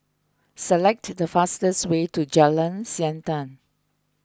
select the fastest way to Jalan Siantan